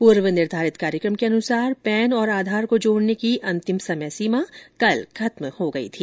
पूर्व निर्धारित कार्यक्रम के अनुसार पैन और आधार को जोड़ने की अंतिम समये सीमा कल खत्म हो गई थी